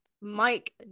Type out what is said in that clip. Mike